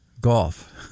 golf